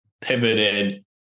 pivoted